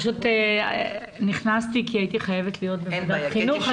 פשוט נכנסתי כי הייתי חייבת להיות בוועדת חינוך.